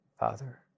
Father